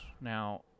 Now